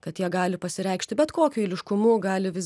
kad jie gali pasireikšti bet kokiu eiliškumu gali vis